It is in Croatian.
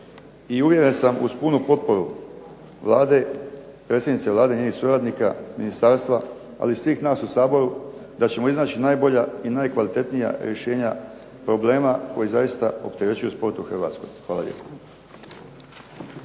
i uvjeren sam uz punu potporu Vlade, predsjednice Vlade i njenih suradnika, ministarstva, ali i svih nas u Saboru, da ćemo iznaći najbolja i najkvalitetnija rješenja problema koji zaista opterećuju sport u Hrvatskoj. Hvala lijepa.